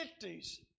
fifties